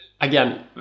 Again